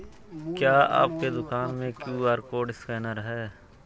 क्या आपके दुकान में क्यू.आर कोड स्कैनर है?